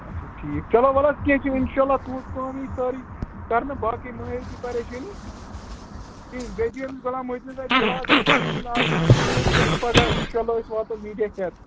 اچھا ٹھیٖک چلو وَلہٕ حظ کیٚنہہ چھُنہ اِنشاءاللہ تُہٕز کٲم یی سٲرٕے کَرنہٕ باقٕے مہ ہٮ۪یُو تُہۍ پریشٲنی کہیٖنۍ بیٚیہِ دی أمِس غلام محدیٖنَس اَتہِ دِلاس دَپُس کیٚنہہ چھُنہٕ آز روٗد نہ یوٗت کیٚنہہ تہٕ پگاہ اِنشاءاللہ أسۍ واتَو میٖڈِیا ہٮ۪تھ